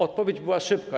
Odpowiedź była szybka.